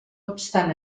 obstant